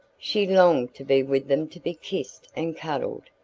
she longed to be with them to be kissed and cuddled,